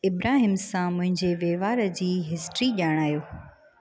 इब्राहिम सां मुंहिंजे वहिंवार जी हिस्ट्री ॼाणाियो